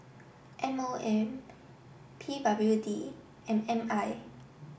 M O M P W D and M I